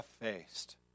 faced